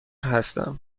هستم